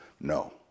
No